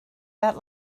that